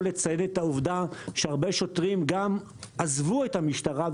לציין את העובדה שהרבה שוטרים גם עזבו את המשטרה,